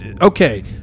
Okay